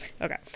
Okay